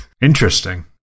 Interesting